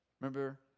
Remember